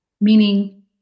meaning